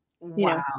wow